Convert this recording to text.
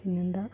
പിന്നെയെന്താ